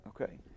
Okay